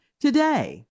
today